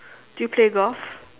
do you play golf